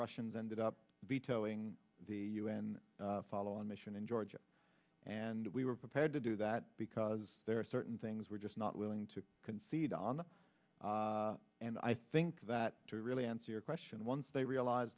russians ended up vetoing the u n follow on mission in georgia and we were prepared to do that because there are certain things we're just not willing to concede on and i think that to really answer your question once they realize